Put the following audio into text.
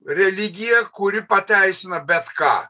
religiją kuri pateisina bet ką